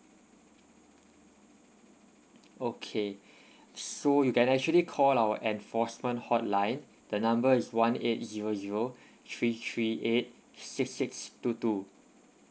okay so you can actually call our enforcement hotline the number is one eight zero zero three three eight six six two two